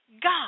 God